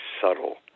subtle